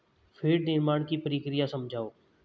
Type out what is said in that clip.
feed निर्माण की प्रक्रिया समझाओ